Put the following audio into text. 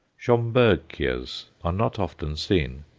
schomburgkias are not often seen.